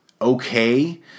okay